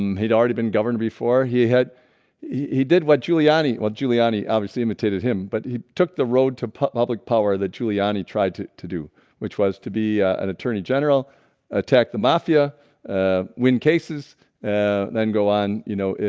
um he'd already been governed before he had he did what giuliani well giuliani obviously imitated him but he took the road to public power that giuliani tried to to do which was to be an attorney general attack the mafia ah win cases then go on, you know,